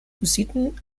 hussiten